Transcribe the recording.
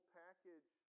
package